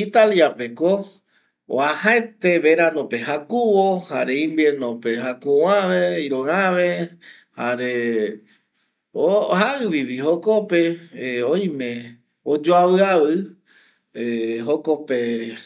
Italiapeko oajaete veranope jakuvo jare inviernope jakuvoäve, iroɨäve jare jaɨvɨvi jokope oime oyoavɨavɨ